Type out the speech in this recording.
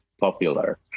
popular